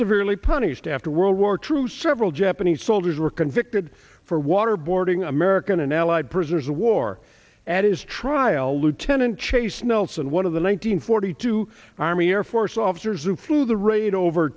severely punished after world war true several japanese soldiers were convicted for waterboarding american and allied prisoners of war at his trial lieutenant chase nelson one of the one hundred forty two army air force officers who flew the raid over